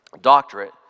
doctorate